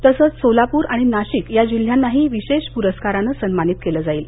तसंच सोलापूर आणि नाशिक या जिल्ह्यांनाही विशेष पूरस्कारानं सन्मानित केलं जाईल